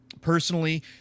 personally